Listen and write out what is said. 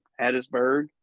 Hattiesburg